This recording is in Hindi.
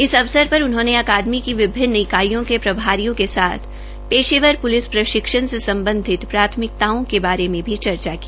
इस अवसर पर उन्होंने अकादमी की विभिन्न इकाइयों के पेशेवर पुलिस प्रशिक्षण से सम्बधित प्राथमिकताओं के बारे मे भी चर्चा की